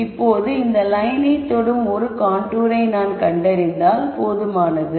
இப்போது இந்த லயனை தொடும் ஒரு கான்டூர் ஐ நான் கண்டறிந்தால் போதுமானது